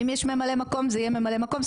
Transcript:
אם יש ממלא מקום זה יהיה ממלא מקום,